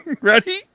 Ready